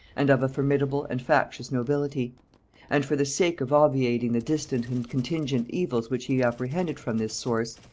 and of a formidable and factious nobility and for the sake of obviating the distant and contingent evils which he apprehended from this source,